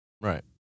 right